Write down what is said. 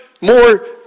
more